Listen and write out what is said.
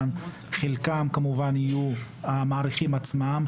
חלקם כמובן יהיו המעריכים עצמם,